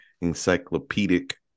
encyclopedic